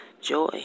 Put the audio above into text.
joy